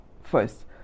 first